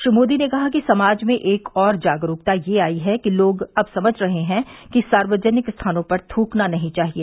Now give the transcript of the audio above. श्री मोदी ने कहा कि समाज में एक और जागरूकता यह आई है कि अब लोग समझ रहे हैं कि सार्वजनिक स्थानों पर नहीं थूकना चाहिए